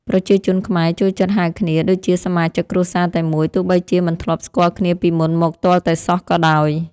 ប្រជាជនខ្មែរចូលចិត្តហៅគ្នាដូចជាសមាជិកគ្រួសារតែមួយទោះបីជាមិនធ្លាប់ស្គាល់គ្នាពីមុនមកទាល់តែសោះក៏ដោយ។